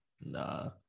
Nah